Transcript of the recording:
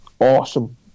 awesome